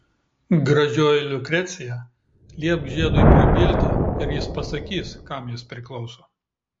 gražioji lukrecija liepk žiedui prabilti ir jis pasakys kam jis priklauso